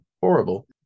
horrible